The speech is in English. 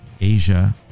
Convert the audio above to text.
Asia